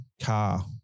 car